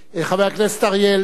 חבר הכנסת אריה אלדד.